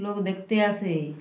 লোক দেখতে আসে